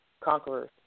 conquerors